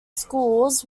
schools